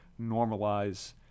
normalize